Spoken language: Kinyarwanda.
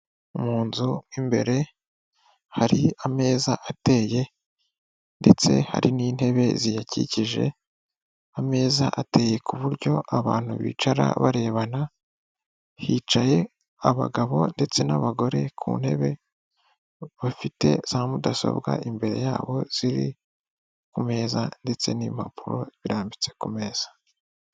Mu nzu imbere hari ameza ateye ndetse hari n'intebe ziyakikije ameza ateye ku buryo abantu bicara barebana hicaye abagabo ndetse n'abagore ku ntebe bafite za mudasobwa imbere yabo ziri ku meza ndetse n'impapuro birambitse ku meza.